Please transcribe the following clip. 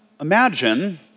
imagine